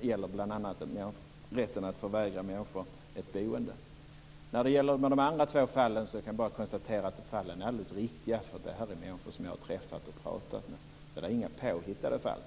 gäller bl.a. rätten att förvägra människor ett boende. De andra två fallen är alldeles riktiga. Det rör sig om människor som jag har träffat och pratat med, så det är inga påhittade fall.